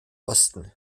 osten